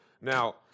Now